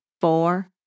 four